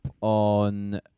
on